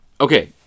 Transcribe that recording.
Okay